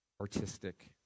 artistic